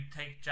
take